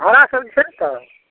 हमरा सब छै तऽ